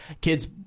Kids